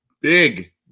big